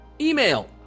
Email